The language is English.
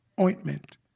ointment